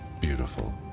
beautiful